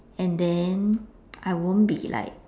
and then I won't be like